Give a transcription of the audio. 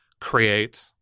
create